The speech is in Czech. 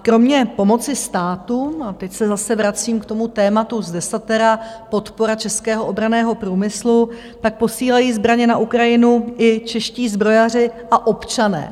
Kromě pomoci státu a teď se zase vracím k tomu tématu z desatera, podpora českého obranného průmyslu tak posílají zbraně na Ukrajinu i čeští zbrojaři a občané.